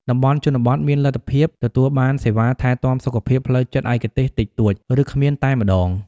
តំបន់ជនបទមានលទ្ធភាពទទួលបានសេវាថែទាំសុខភាពផ្លូវចិត្តឯកទេសតិចតួច ឬគ្មានតែម្តង។